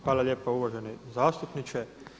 Hvala lijepo uvaženi zastupniče.